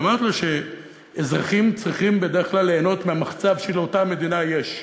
ואמרתי לו שאזרחים צריכים בדרך כלל ליהנות מהמחצב שלאותה מדינה יש.